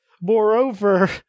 Moreover